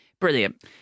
Brilliant